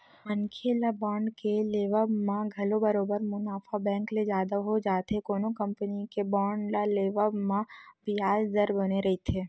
मनखे ल बांड के लेवब म घलो बरोबर मुनाफा बेंक ले जादा हो जाथे कोनो कंपनी के बांड ल लेवब म बियाज दर बने रहिथे